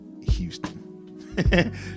Houston